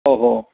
ओ हो